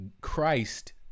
Christ